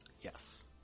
Yes